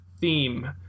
theme